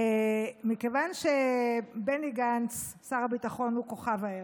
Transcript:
מכיוון שבני גנץ שר הביטחון הוא כוכב הערב,